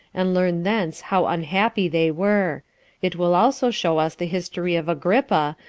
and learn thence how unhappy they were it will also show us the history of agrippa,